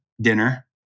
dinner